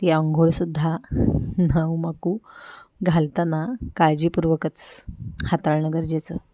ती अंघोळसुद्धा न्हाऊमाखू घालताना काळजीपूर्वकच हाताळणं गरजेचं